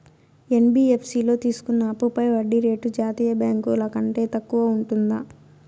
NBFC లో తీసుకున్న అప్పుపై వడ్డీ రేటు జాతీయ బ్యాంకు ల కంటే తక్కువ ఉంటుందా?